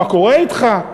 מה קורה אתך?